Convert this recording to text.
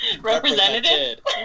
Representative